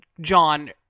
John